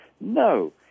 No